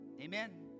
Amen